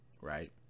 Right